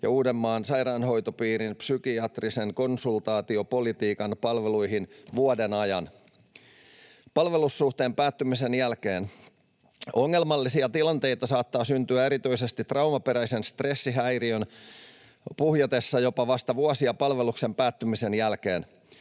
ja Uudenmaan sairaanhoitopiirin psykiatrisen konsultaatiopoliklinikan palveluihin vuoden ajan palvelussuhteen päättymisen jälkeen. Ongelmallisia tilanteita saattaa syntyä erityisesti traumaperäisen stressihäiriön puhjetessa jopa vasta vuosia palveluksen päättymisen jälkeen.